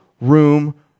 room